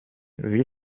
wie